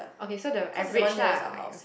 okay so the average lah like